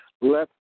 Let